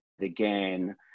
again